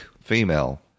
female